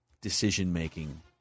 decision-making